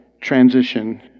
transition